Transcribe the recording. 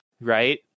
right